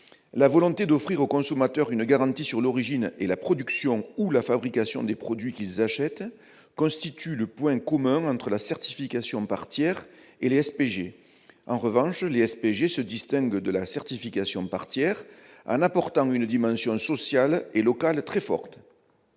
La volonté d'offrir aux consommateurs une garantie sur l'origine et la production ou la fabrication des produits qu'ils achètent constitue le point commun entre la certification par tiers et les SPG. En revanche, les SPG se distinguent de la certification par tiers par la dimension sociale et locale très forte